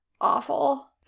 awful